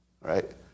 right